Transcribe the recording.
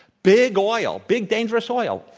big oil. big dangerous oil,